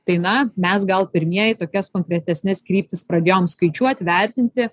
tai na mes gal pirmieji tokias konkretesnes kryptis pradėjom skaičiuot vertinti